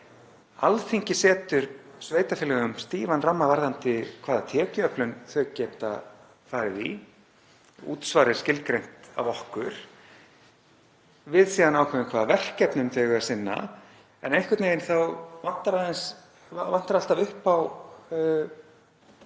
Alþingi setur sveitarfélögunum stífan ramma varðandi hvaða tekjuöflun þau geta farið í. Útsvar er skilgreint af okkur og við síðan ákveðum hvaða verkefnum þau eiga að sinna en einhvern veginn vantar alltaf upp á